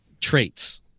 traits